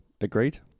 Agreed